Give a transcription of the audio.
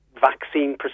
vaccine